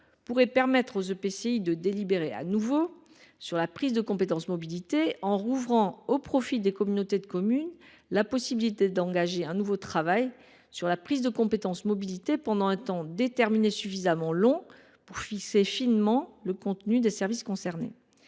intercommunale (EPCI) de délibérer de nouveau sur la prise de la compétence « mobilité », en rouvrant au profit des communautés de communes la possibilité d’engager un nouveau travail sur celle ci pendant un temps déterminé suffisamment long pour fixer finement le contenu des services concernés.